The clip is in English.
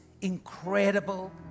incredible